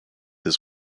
his